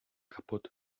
kaputt